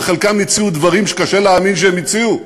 וחלקם הציעו דברים שקשה להאמין שהם הציעו,